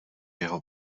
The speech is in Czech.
jeho